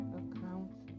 accounts